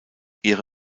ihre